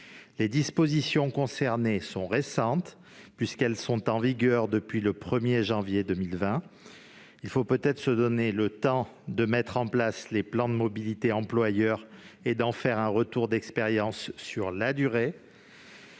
les dispositions concernées sont récentes, puisqu'elles sont entrées en vigueur le 1 janvier 2020 seulement. Il faut peut-être se donner le temps de mettre en place les plans de mobilité employeur et de procéder à un retour d'expérience sur la durée.